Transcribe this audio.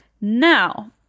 Now